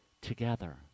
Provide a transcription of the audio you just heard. together